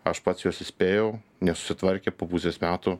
aš pats juos įspėjau nesusitvarkė po pusės metų